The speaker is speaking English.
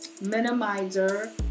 Minimizer